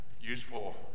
useful